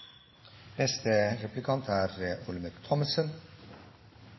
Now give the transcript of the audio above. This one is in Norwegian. Neste replikant er